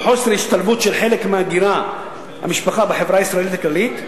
וחוסר השתלבות של חלק מהגירת המשפחה בחברה הישראלית הכללית,